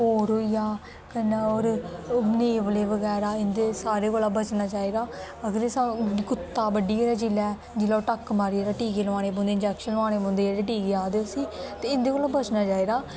भौर होई गया कन्ने और ओह् नेवले बगैरा होई जंदा सारे कोला बचना चाहिदा अगर जिसले कुत्ता बड्ढी जाए जिसले ओह् टक्क मारी जाए टीके लुआने पौंदे इंजेकशन लुआने पौंदे जेहडे टीके आक्खदे उसी इंदे कोला बचना चाहिदा